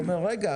הוא אומר "..רגע,